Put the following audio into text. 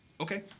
Okay